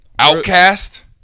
Outcast